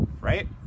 Right